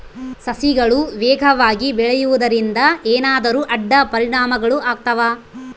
ಸಸಿಗಳು ವೇಗವಾಗಿ ಬೆಳೆಯುವದರಿಂದ ಏನಾದರೂ ಅಡ್ಡ ಪರಿಣಾಮಗಳು ಆಗ್ತವಾ?